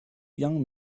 young